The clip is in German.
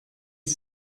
sie